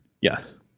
Yes